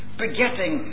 begetting